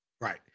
Right